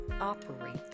operate